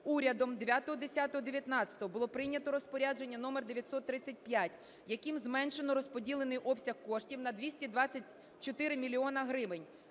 урядом 09.10.19 було прийнято розпорядження № 935, яким зменшено розподілений обсяг коштів на 223 мільйони